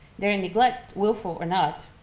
their neglect, willful or not,